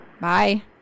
Bye